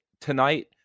tonight